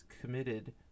committed